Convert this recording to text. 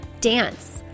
dance